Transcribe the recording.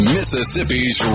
Mississippi's